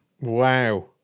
Wow